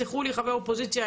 תסלחו לי חברי אופוזיציה,